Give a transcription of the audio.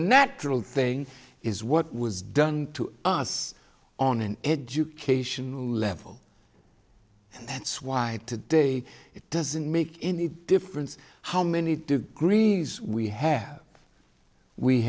natural thing is what was done to us on an education level that's why today it doesn't make any difference how many degrees we have we